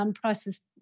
prices